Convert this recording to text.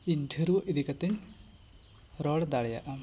ᱤᱧ ᱰᱷᱟᱹᱨᱣᱟᱹᱜ ᱤᱫᱤ ᱠᱟᱛᱮᱧ ᱨᱚᱲ ᱫᱟᱲᱮᱭᱟᱜᱼᱟ